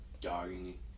dogging